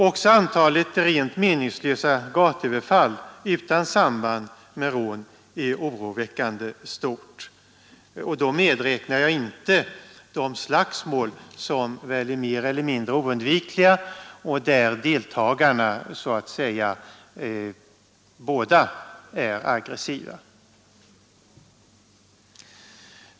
Också antalet rent mening gatuöverfall utan samband med rån är oroväckande stort. Då medrä jag inte de slagsmål som väl är mer eller mindre oundvikliga och där deltagarna så att säga båda är aggressiva.